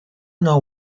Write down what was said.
know